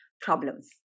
problems